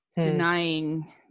denying